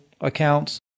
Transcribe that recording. accounts